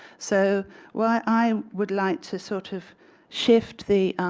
so where i um would like to sort of shift the